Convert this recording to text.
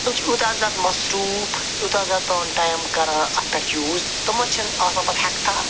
تِم چھِ یوٗتاہ زیادٕ مصروٗف یوٗتاہ زیادٕ پَنُن ٹایَم کران اَتھ پٮ۪ٹھ یوٗز تِمَن چھِنہٕ آسان پتہٕ ہٮ۪کتھا